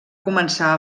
començar